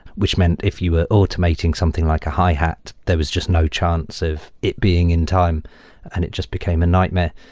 which meant if you were automating something like a hi hat, there was just no chance of it being in time and it just became a nightmare.